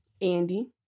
Andy